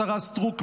השרה סטרוק,